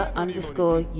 underscore